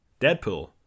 Deadpool